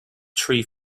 tree